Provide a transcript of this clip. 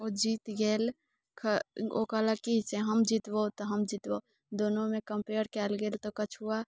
ओ जीत गेल ओ कहलक कि जे हम जितबहु तऽ हम जितबहु दुनूमे कम्पेयर कयल गेल तऽ कछुआ